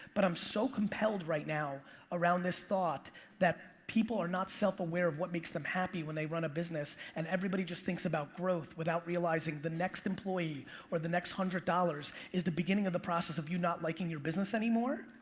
but i'm so compelled right now around this thought that people are not self-aware of what makes them happy when they run a business. and everybody just thinks about growth without realizing the next employee or the next hundred dollars is the beginning of the process of you not liking your business anymore.